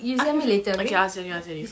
I ookay I'll send you I'll send you